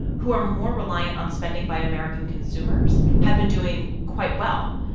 who are more reliant on spending by american consumers, have been doing quite well.